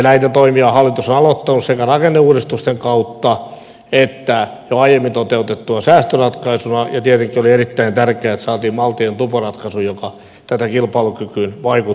näitä toimia hallitus on aloittanut sekä rakenneuudistusten kautta että jo aiemmin toteutettuna säästöratkaisuna ja tietenkin oli erittäin tärkeää että saatiin maltillinen tuporatkaisu joka täten kilpailukykyyn vaikuttaa